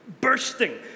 bursting